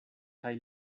kaj